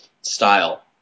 style